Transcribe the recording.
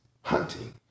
hunting